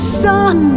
sun